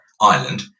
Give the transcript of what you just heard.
island